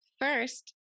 First